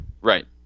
Right